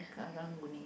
Karang-Guni